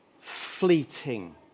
fleeting